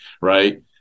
right